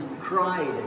cried